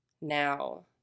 Now